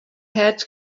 had